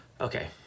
Okay